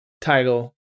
title